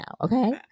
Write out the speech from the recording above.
okay